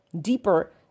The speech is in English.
deeper